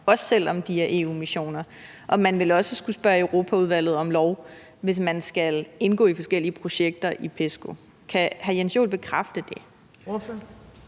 også selv om de er EU-missioner. Og man vil også skulle spørge Europaudvalget om lov, hvis man skal indgå i forskellige projekter i PESCO. Kan hr. Jens Joel bekræfte det?